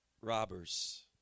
robbers